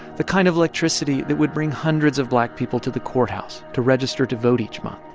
the kind of electricity that would bring hundreds of black people to the courthouse to register to vote each month,